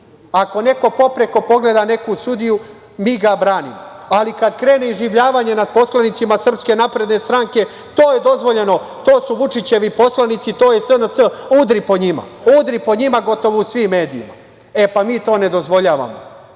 Ako neko popreko pogleda nekog sudiju, mi ga branimo, ali kad krene iživljavanje nad poslanicima SNS - to je dozvoljeno, to su Vučićevi poslanici, to je SNS, udri po njima, udri po njima gotovo u svim medijima. Mi to ne dozvoljavamo